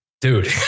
Dude